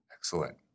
Excellent